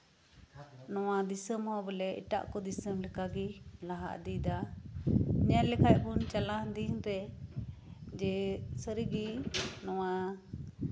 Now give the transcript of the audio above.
ᱱᱚᱣᱟ ᱫᱤᱥᱚᱢ ᱦᱚᱸ ᱵᱚᱞᱮ ᱮᱴᱟᱜ ᱠᱚ ᱫᱤᱥᱚᱢ ᱠᱚ ᱞᱮᱠᱟ ᱜᱮ ᱞᱟᱦᱟ ᱤᱫᱤᱭ ᱫᱟ ᱧᱮᱞ ᱞᱮᱠᱷᱟᱡ ᱵᱚᱱ ᱪᱟᱞᱟᱣᱮᱱ ᱫᱤᱱ ᱨᱮ ᱡᱮ ᱥᱟᱨᱤᱜᱮ ᱱᱚᱣᱟ